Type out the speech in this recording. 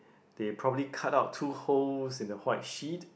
they probably cut out two holes in the white sheet